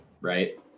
right